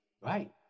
Right